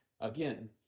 Again